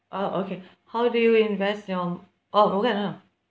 ah okay how do you invest your oh okay ah